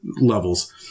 levels